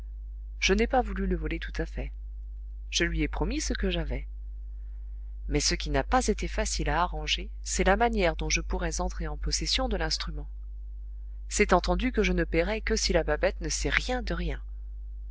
je n'ai pas voulu le voler tout à fait je lui ai promis ce que j'avais mais ce qui n'a pas été facile à arranger c'est la manière dont je pourrais entrer en possession de l'instrument c'est entendu que je ne paierai que si la babette ne sait rien de rien